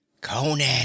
Conan